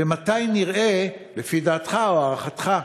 מתי נראה, לפי דעתך או הערכתך,